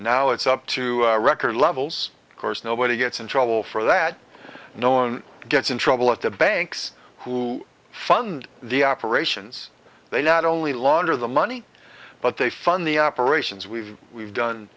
now it's up to record levels of course nobody gets in trouble for that no one gets in trouble at the banks who fund the operations they not only launder the money but they fund the operations we've we've done